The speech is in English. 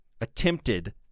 attempted